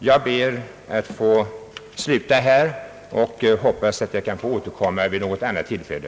Jag ber, att få sluta här och hoppas att jag kan få återkomma vid något annat tillfälle.